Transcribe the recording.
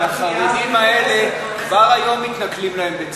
כי החרדים האלה בצה"ל כבר היום מתנכלים להם.